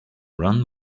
run